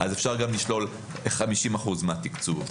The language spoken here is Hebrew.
אפשר גם לשלול 50% מהתקצוב,